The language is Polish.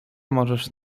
możesz